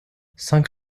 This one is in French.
cinq